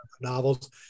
novels